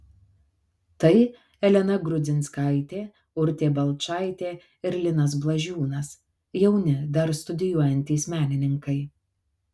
tai elena grudzinskaitė urtė balčaitė ir linas blažiūnas jauni dar studijuojantys menininkai